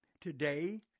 today